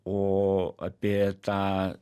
o apie tą